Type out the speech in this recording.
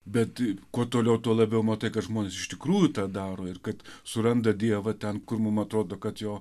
bet kuo toliau tuo labiau matai kad žmonės iš tikrųjų tą daro ir kad suranda dievą ten kur mum atrodo kad jo